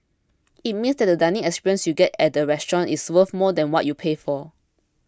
it means that the dining experience you get at the restaurant is worth more than what you pay for